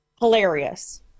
Hilarious